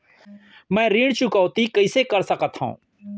मैं ऋण चुकौती कइसे कर सकथव?